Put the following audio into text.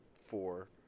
four